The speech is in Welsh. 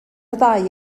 ddau